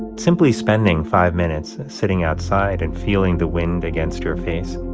simply spending five minutes sitting outside and feeling the wind against your face